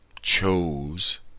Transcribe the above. chose